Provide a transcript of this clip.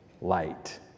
light